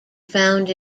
found